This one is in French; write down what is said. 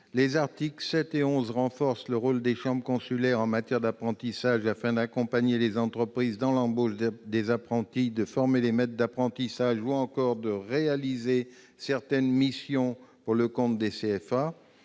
les articles 7 et 11 renforcent le rôle des chambres consulaires en matière d'apprentissage afin d'accompagner les entreprises dans l'embauche des apprentis, de former les maîtres d'apprentissage ou encore de réaliser certaines missions pour le compte des